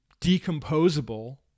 decomposable